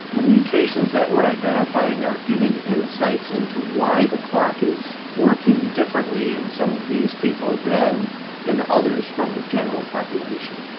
the mutations that we are identifying are giving insights into why the clock is working differently in some of these people than in others from the general population.